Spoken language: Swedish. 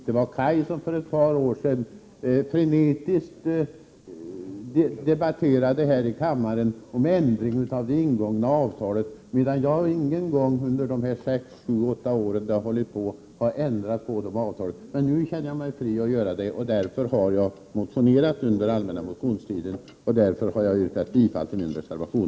Det var nämligen han som för ett par år sedan frenetiskt debatterade här i kammaren för en ändring av det ingångna avtalet, medan jag ingen gång under dessa sex sju åtta år har velat ändra på avtalet. Nu känner jag mig däremot fri att göra så. Därför har jag motionerat under allmänna motionstiden, och därför yrkar jag bifall till vår reservation.